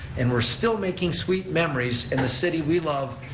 and we're still making sweet memories in the city we love,